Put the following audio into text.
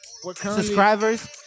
subscribers